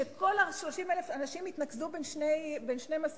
שכל 30,000 האנשים יתנקזו בין שני מסלולים,